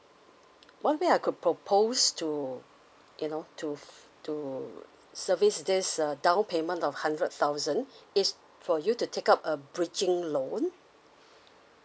one way I could propose to you know to to service this uh down payment of hundred thousand is for you to take up a breaching loan